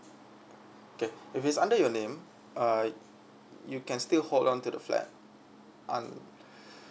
okay if it is under your name uh you can still hold on to the flat um